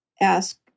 ask